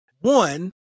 one